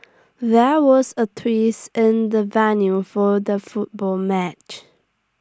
there was A trees in the venue for the football match